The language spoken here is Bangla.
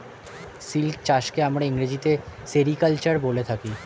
সিল্ক চাষকে আমরা ইংরেজিতে সেরিকালচার বলে থাকি